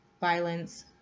violence